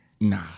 Nah